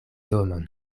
domon